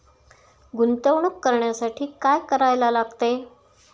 गुंतवणूक करण्यासाठी काय करायला लागते?